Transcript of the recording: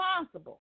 responsible